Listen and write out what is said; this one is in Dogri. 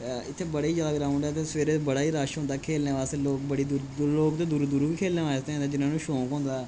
इत्थै बड़े ही जैदा ग्रोउड ऐ ते सवेरे बड़ा ही रश होंदा खेलने वास्तै लोक बड़ी दूर दूर लोक ते दूरू दूरू खेलने वास्ते आंदे जि'नेंगी शौंक होंदा